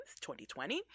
2020